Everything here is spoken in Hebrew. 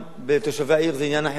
מתושבי העיר זה עניין אחר לגמרי,